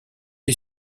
est